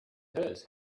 hers